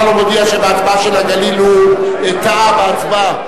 מודיע שבהצבעה על חוק הנגב והגליל הוא טעה בהצבעה,